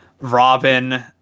Robin